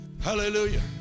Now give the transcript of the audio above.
hallelujah